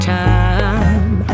time